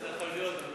איך יכול להיות?